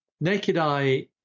naked-eye